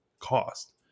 cost